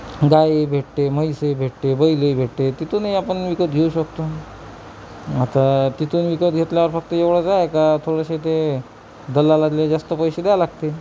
गायही भेटते म्हैसही भेटते बैलही भेटते तिथूनही आपण विकत घेऊ शकतो आता तिथून विकत घेतल्यावर फक्त एवढंच आहे का थोडंसं ते दलालाले जास्त पैसे द्यावं लागते